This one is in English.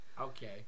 Okay